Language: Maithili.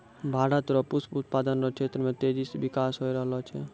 भारत रो पुष्प उत्पादन रो क्षेत्र मे तेजी से बिकास होय रहलो छै